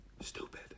stupid